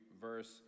verse